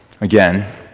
Again